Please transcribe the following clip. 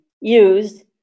use